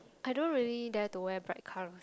I don't really dare to wear bride crown